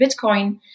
Bitcoin